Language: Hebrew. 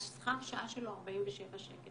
שכר שעה שלו הוא 47 שקל